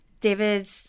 David